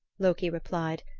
loki replied.